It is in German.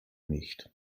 nicht